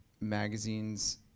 magazines